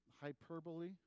hyperbole